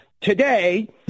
today